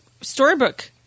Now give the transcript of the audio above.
storybook